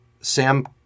Sam